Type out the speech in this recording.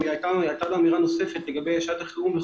הייתה לו אמירה נוספת, לגבי שעת החירום.